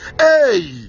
hey